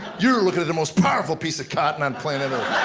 you're looking at the most powerful piece of cotton on planet earth.